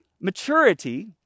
Maturity